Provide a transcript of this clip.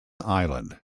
island